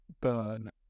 burn